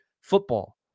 football